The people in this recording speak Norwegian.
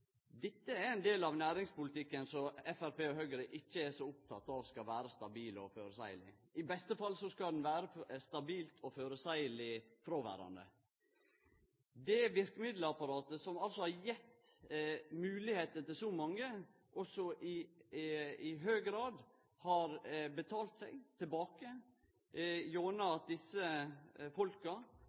Dette er ein del av næringspolitikken som Framstegspartiet og Høgre ikkje er så opptekne av skal vere stabil og føreseieleg. I beste fall skal den vere stabilt og føreseieleg fråverande. Det verkemiddelapparatet som har gitt moglegheiter til så mange og i så høg grad har betalt seg gjennom at desse